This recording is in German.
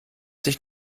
dich